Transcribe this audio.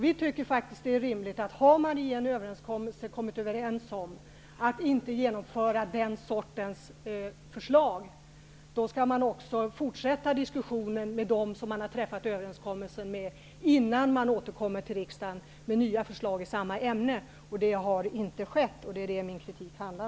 Vi tycker faktiskt att det är rimligt att man, om det överenskommits att den sortens förslag inte skall genomföras, fortsätter diskussionen med dem som man träffat överenskommelse med. Det skall ske innan man återkommer till riksdagen med nya förslag i samma ämne. Så har inte skett, och det är det som min kritik gäller.